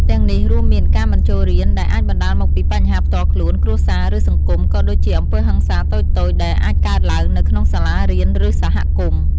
ទាំងនេះរួមមាន ការមិនចូលរៀន ដែលអាចបណ្តាលមកពីបញ្ហាផ្ទាល់ខ្លួន គ្រួសារ ឬសង្គម ក៏ដូចជា អំពើហិង្សាតូចៗ ដែលអាចកើតឡើងនៅក្នុងសាលារៀន ឬសហគមន៍។